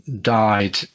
died